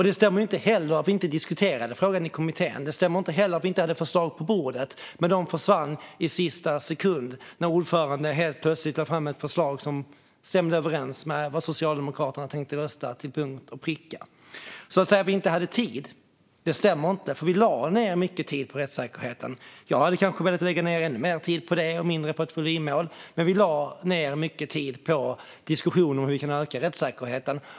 Det stämmer inte heller att vi inte diskuterade frågan i kommittén. Det stämmer inte heller att det inte fanns förslag på bordet. Men de försvann i sista sekund när ordföranden plötsligt lade fram ett förslag som till punkt och pricka stämde överens med hur Socialdemokraterna tänkte rösta. Att säga att vi inte hade tid stämmer alltså inte. Vi lade mycket tid på rättssäkerheten. Jag hade kanske velat lägga mer tid på det och mindre på ett volymmål. Men vi lade mycket tid på diskussioner om hur vi kan öka rättssäkerheten.